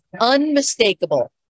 unmistakable